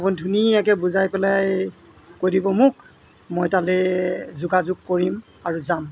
আপুনি ধুনীয়াকৈ বুজাই পেলাই কৈ দিব মোক মই তালৈ যোগাযোগ কৰিম আৰু যাম